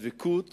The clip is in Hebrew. הדבקות